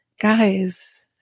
guys